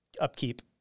upkeep